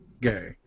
gay